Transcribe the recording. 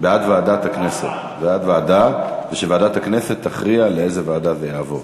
וועדת הכנסת תכריע לאיזו ועדה זה יעבור.